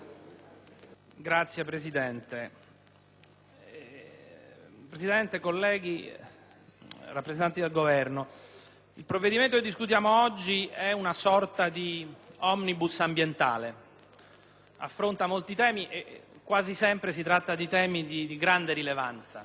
*(PD)*. Signor Presidente, colleghi, rappresentanti del Governo, il provvedimento che discutiamo oggi è una sorta di *omnibus* ambientale, affronta molti temi e quasi sempre si tratta di temi di grande rilevanza.